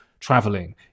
traveling